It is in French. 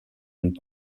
une